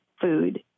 food